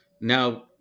Now